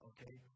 Okay